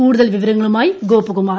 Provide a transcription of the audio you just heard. കൂടുതൽ വിവരങ്ങളുമായി ഗോപകുമാർ